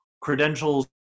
credentials